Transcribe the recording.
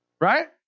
right